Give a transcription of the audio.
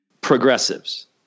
progressives